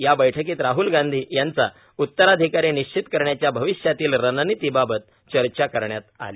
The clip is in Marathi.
या बैठकीत राहल गांधी यांचा उतराधिकारी निश्चित करण्याच्या अविष्यातील रणनितीबाबत चर्चा करण्यात आली